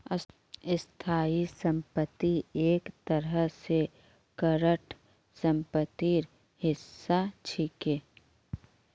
स्थाई संपत्ति एक तरह स करंट सम्पत्तिर हिस्सा छिके